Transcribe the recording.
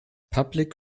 public